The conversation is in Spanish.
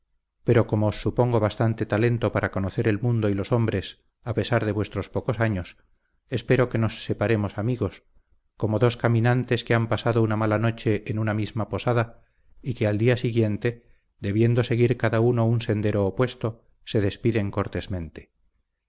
pero como os supongo bastante talento para conocer el mundo y los hombres a pesar de vuestros pocos años espero que nos separemos amigos como dos caminantes que han pasado una mala noche en una misma posada y que al día siguiente debiendo seguir cada uno un sendero opuesto se despiden cortésmente